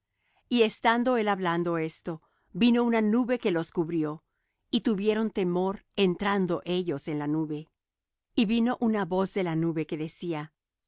y estando él hablando esto vino una nube que los cubrió y tuvieron temor entrando ellos en la nube y vino una voz de la nube que decía